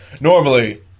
Normally